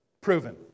Proven